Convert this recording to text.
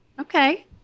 okay